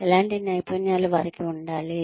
ఎలాంటి నైపుణ్యాలు వారికి ఉండాలి